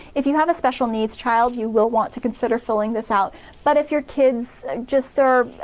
if you have a special needs child you will want to consider filling this out but if your kids just are,